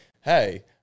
Hey